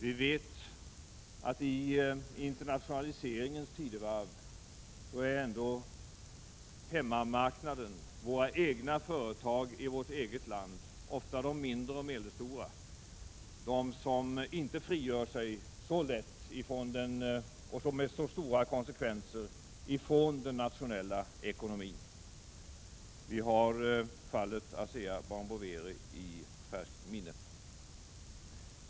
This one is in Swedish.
Vi vet att det i internationaliseringens tidevarv inte är så lätt för hemmamarknaden, dvs. våra egna företag i vårt eget land — ofta de mindre och de medelstora — att utan svåra konsekvenser frigöra sig från den nationella ekonomin. Vi har fallet ASEA-Brown Boveri i färskt minne.